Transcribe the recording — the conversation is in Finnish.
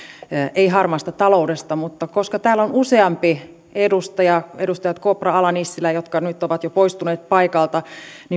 ei harmaasta taloudesta täällä on useampi edustaja edustajat kopra ala nissilä jotka nyt ovat jo poistuneet paikalta